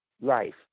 life